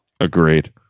Agreed